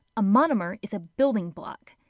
a monomer is a building block.